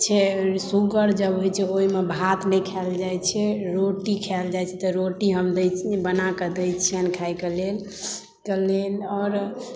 छै शुगर जब होइ छै ओहिमे भात नहि खाएल जाइ छै रोटी खायल जाइ छै तऽ रोटी हम बना कऽ दै छियनि खाय के लेल कहलियनि आओर